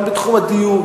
גם בתחום הדיור,